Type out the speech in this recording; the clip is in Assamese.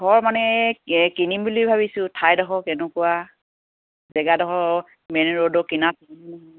ঘৰ মানে কিনিম বুলি ভাবিছোঁ ঠাইডোখৰ এনেকুৱা জেগাডোখৰ মেইন ৰ'ডৰ কিনাৰত